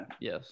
Yes